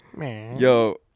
Yo